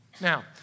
Now